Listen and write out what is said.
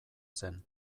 zen